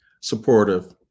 supportive